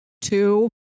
two